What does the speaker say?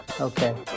Okay